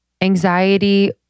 Anxiety